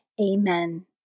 Amen